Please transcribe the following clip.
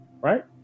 right